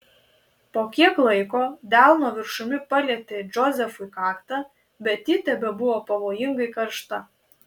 po kiek laiko delno viršumi palietė džozefui kaktą bet ji tebebuvo pavojingai karšta